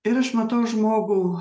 ir aš matau žmogų